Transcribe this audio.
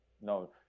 no